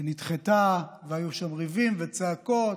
ונדחתה, והיו שם ריבים וצעקות.